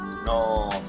no